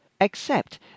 except